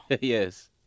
Yes